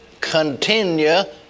continue